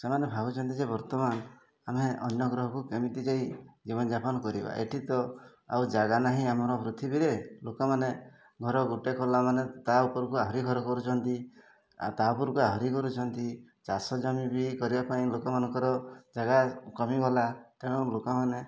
ସେମାନେ ଭାବୁଛନ୍ତି ଯେ ବର୍ତ୍ତମାନ ଆମେ ଅନ୍ୟ ଗ୍ରହକୁ କେମିତି ଯାଇ ଜୀବନଯାପନ କରିବା ଏଠି ତ ଆଉ ଜାଗା ନାହିଁ ଆମର ପୃଥିବୀରେ ଲୋକମାନେ ଘର ଗୋଟେ କଲା ମାନେ ତା ଉପରକୁ ଆହୁରି ଘର କରୁଛନ୍ତି ଆଉ ତା ଉପରକୁ ଆହୁରି କରୁଛନ୍ତି ଚାଷ ଜମି ବି କରିବା ପାଇଁ ଲୋକମାନଙ୍କର ଜାଗା କମିଗଲା ତେଣୁ ଲୋକମାନେ